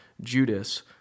Judas